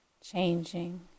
changing